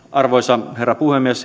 arvoisa herra puhemies